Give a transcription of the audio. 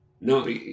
No